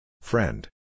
Friend